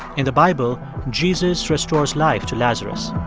in the bible, jesus restores life to lazarus.